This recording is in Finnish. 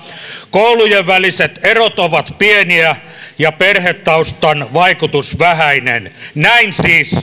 koulujen väliset erot ovat pieniä ja perhetaustan vaikutus on vähäinen näin siis